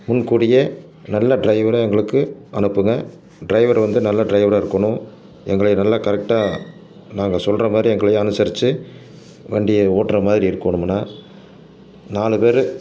முன்கூட்டியே நல்ல டிரைவராக எங்களுக்கு அனுப்புங்க டிரைவர் வந்து நல்ல டிரைவராக இருக்கணும் எங்களை நல்லா கரெக்டாக நாங்கள் சொல்கிற மாதிரி எங்களை அனுசரிச்சு வண்டியை ஓட்டுகிற மாதிரி இருக்கணும்ண்ணா நாலு பேர்